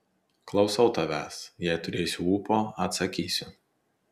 klausau tavęs jei turėsiu ūpo atsakysiu